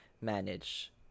manage